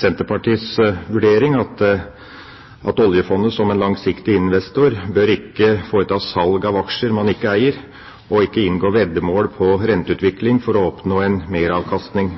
Senterpartiets vurdering at oljefondet som en langsiktig investor ikke bør foreta salg av aksjer man ikke eier, og ikke inngå veddemål om renteutvikling for å oppnå meravkastning.